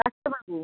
ডাক্তারবাবু